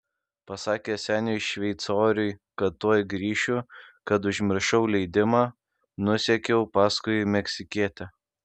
pasakęs seniui šveicoriui kad tuoj grįšiu kad užmiršau leidimą nusekiau paskui meksikietę